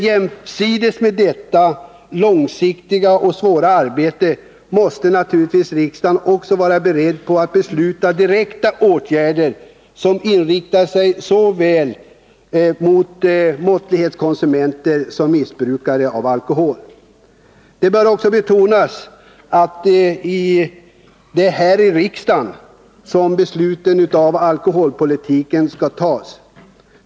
Jämsides med detta långsiktiga och svåra arbete måste riksdagen vara beredd att besluta om direkta åtgärder, som riktar sig mot såväl måttlighetskonsumenter som missbrukare av alkohol. Det bör också betonas att det är här i riksdagen som besluten om alkoholpolitiken skall tas.